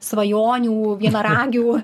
svajonių vienaragių